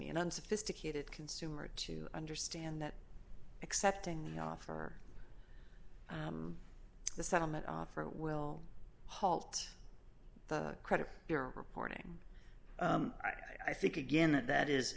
me an unsophisticated consumer to understand that accepting the offer the settlement offer will halt the credit you're reporting i think again that that is